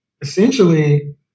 essentially